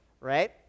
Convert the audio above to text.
right